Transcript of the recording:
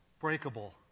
breakable